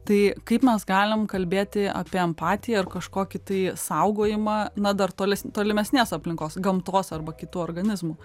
tai kaip mes galim kalbėti apie empatiją ar kažkokį tai saugojimą na dar toli tolimesnės aplinkos gamtos arba kitų organizmų